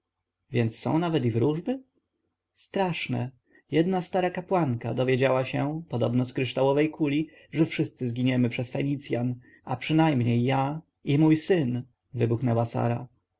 więc są nawet i wróżby straszne jedna stara kapłanka dowiedziała się podobno z kryształowej kuli że wszyscy zginiemy przez fenicjan a przynajmniej ja i mój syn wybuchnęła sara